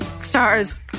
stars